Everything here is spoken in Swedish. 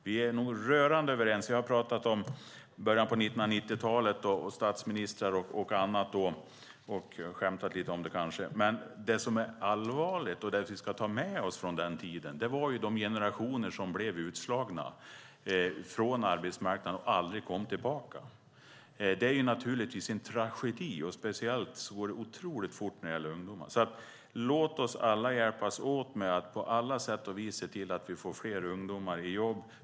Vi har talat om början på 1990-talet, statsministrar och annat, och kanske skämtat lite om det. Men det som är allvarligt och som vi ska ta med oss från den tiden är de generationer som blev utslagna från arbetsmarknaden och aldrig kom tillbaka. Det är naturligtvis en tragedi. Det går otroligt fort när det gäller ungdomar. Låt oss alla hjälpas åt med att på alla sätt och vis se till att vi får fler ungdomar i jobb.